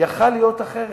יכול היה להיות אחרת.